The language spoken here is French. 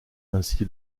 ainsi